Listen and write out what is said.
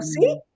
see